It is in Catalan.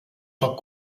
poc